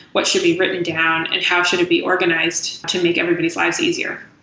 what should be written down and how should it be organized to make everybody's life easier?